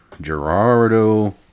Gerardo